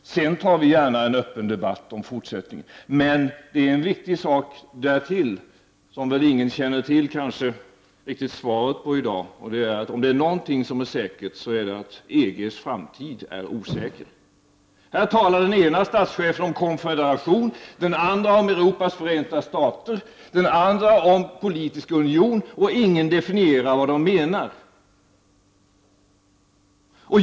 Sedan tar vi gärna en öppen debatt om fortsättningen. Men det finns ytterligare en viktig sak, som väl ingen i dag känner svaret på: Om någonting är säkert är det att EGs framtid är osäker. Den ena statschefen talar om konfederation, den andra om Europas förenta stater, den tredje om politisk union, och ingen definierar vad han menar.